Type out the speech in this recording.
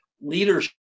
leadership